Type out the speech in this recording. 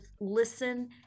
listen